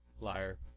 Liar